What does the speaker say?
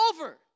over